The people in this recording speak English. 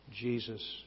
Jesus